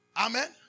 Amen